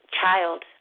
child